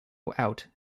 out